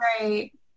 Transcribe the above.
right